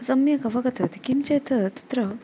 सम्यक् अवगतवती किं चेत् तत्र